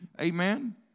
Amen